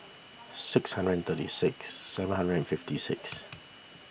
six hundred and thirty six seven hundred and fifty six